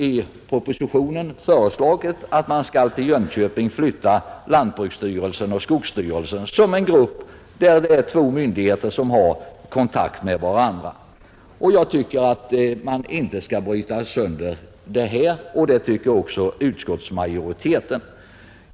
I propositionen har föreslagits att man till Jönköping skall flytta lantbruksstyrelsen och skogsstyrelsen, en grupp på två myndigheter som har kontakt med varandra, Jag tycker att man inte skall bryta sönder denna grupp, och detsamma anser utskottsmajoriteten.